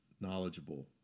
knowledgeable